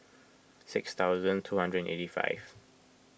six thousand two hundred and eighty five